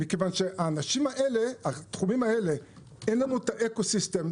מכיוון שהתחומים האלה אין להם את האקו-סיסטם,